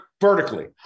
vertically